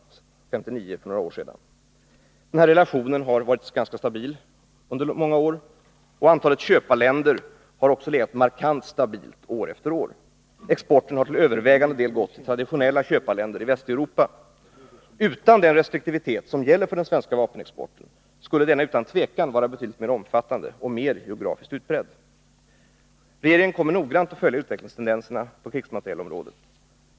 Denna relation under enprocentsstrecket mellan krigsmaterielexport och totalexport har med vissa årsvisa variationer upp och ned bestått sedan en mycket lång tid tillbaka. Antalet köparländer har legat markant stabilt år efter år. Exporten har till övervägande del gått till traditionella köparländer i Västeuropa. Utan den restriktivitet som gäller för den svenska vapenexporten skulle denna utan tvivel vara betydligt mer omfattande och mer geografiskt utbredd. Regeringen kommer att noggrant följa utvecklingstendenserna på krigsmaterielområdet.